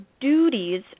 duties